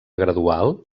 gradual